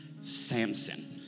Samson